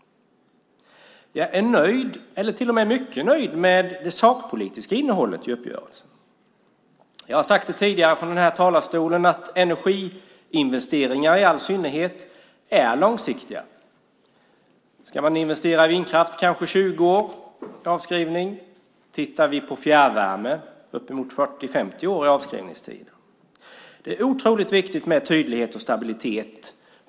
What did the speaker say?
Jag är nöjd, eller till och med mycket nöjd, med det sakpolitiska innehållet i uppgörelsen. Jag har tidigare i denna talarstol sagt att energiinvesteringar i all synnerhet är långsiktiga. Ska man investera i vindkraft är det kanske 20 års avskrivning. För fjärrvärme är avskrivningstiden uppemot 40-50 år. För att sådana här investeringar ska komma till stånd är det otroligt viktigt med tydlighet och stabilitet.